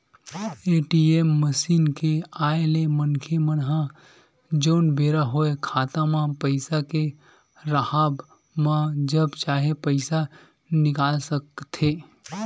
ATM machine के आय ले मनखे मन ह जउन बेरा होय खाता म पइसा के राहब म जब चाहे पइसा निकाल सकथे